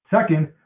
Second